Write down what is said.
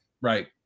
right